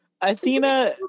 Athena